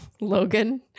Logan